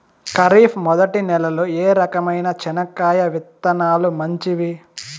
ఖరీఫ్ మొదటి నెల లో ఏ రకమైన చెనక్కాయ విత్తనాలు మంచివి